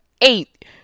eight